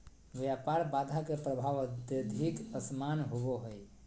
व्यापार बाधा के प्रभाव अत्यधिक असमान होबो हइ